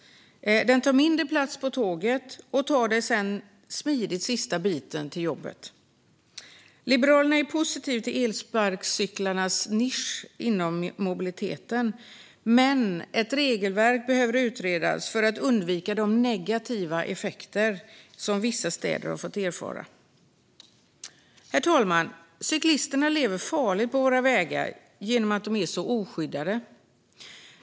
Den tar mindre plats på tåget och tar dig sedan smidigt sista biten till jobbet. Liberalerna är positiva till elsparkcyklarnas nisch inom mobiliteten, men ett regelverk behöver utredas för att undvika de negativa effekter som vissa städer har fått erfara. Herr talman! Cyklisterna lever farligt på våra vägar eftersom de är så oskyddade.